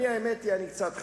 האמת היא שאני קצת חדש.